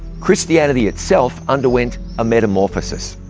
christianity itself underwent a metamorphisis.